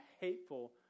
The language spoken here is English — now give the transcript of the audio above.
hateful